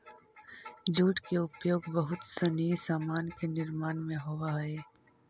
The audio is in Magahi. जूट के उपयोग बहुत सनी सामान के निर्माण में होवऽ हई